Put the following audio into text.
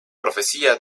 profecía